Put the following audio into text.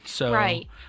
Right